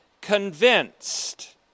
convinced